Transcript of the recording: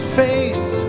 face